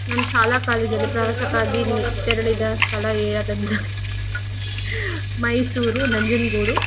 ನಾನು ಶಾಲಾ ಕಾಲೇಜಲ್ಲಿ ಪ್ರವಾಸಕ್ಕಾಗಿ ನಿ ತೆರಳಿದ ಸ್ಥಳ ಯಾದ್ ಅಂದರೆ ಮೈಸೂರು ನಂಜನಗೂಡು